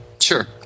Sure